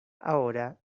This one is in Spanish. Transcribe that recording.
ahora